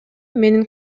менин